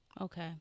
okay